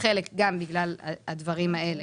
בחלקן גם בגלל הדברים האלה.